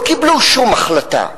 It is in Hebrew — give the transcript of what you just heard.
לא קיבלו שום החלטה.